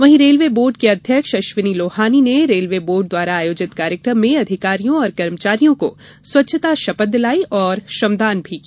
वहीं railway board के अध्यक्ष अश्विनी लोहानी ने रेलवे बोर्ड द्वारा आयोजित कार्यक्रम में अधिकारियों और कर्मचारियों को स्वच्छता शपथ दिलायी और श्रमदान भी किया